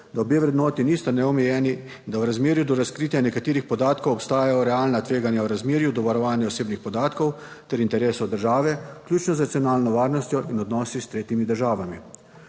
da obe vrednoti nista neomejeni, da v razmerju do razkritja nekaterih podatkov obstajajo realna tveganja v razmerju do varovanja osebnih podatkov ter interesov države, vključno z nacionalno varnostjo in odnosi s tretjimi državami.